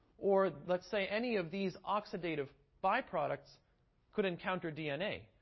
or, let's say any of these oxidative byproducts could encounter dna.